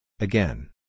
Again